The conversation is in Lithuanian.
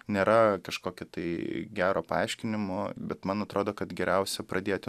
nėra kažkokia tai gero paaiškinimo bet man atrodo kad geriausia pradėti